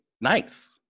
nice